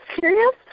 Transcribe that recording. serious